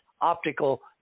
optical